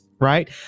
Right